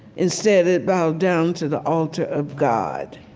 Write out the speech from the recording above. instead, it bowed down to the altar of god,